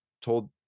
told